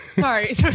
Sorry